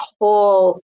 whole